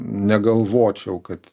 negalvočiau kad